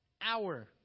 hour